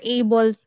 able